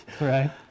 Right